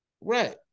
Right